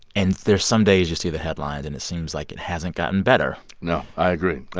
and there's some days you see the headlines, and it seems like it hasn't gotten better no. i agree.